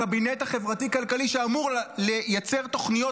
הקבינט החברתי-כלכלי שאמור לייצר תוכניות